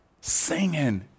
singing